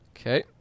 Okay